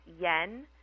yen